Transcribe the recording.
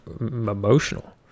emotional